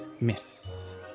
miss